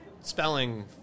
spelling